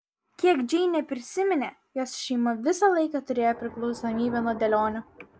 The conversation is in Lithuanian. kiek džeinė prisiminė jos šeima visą laiką turėjo priklausomybę nuo dėlionių